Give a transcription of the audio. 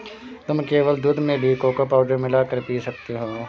तुम केवल दूध में भी कोको पाउडर मिला कर पी सकते हो